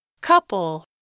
couple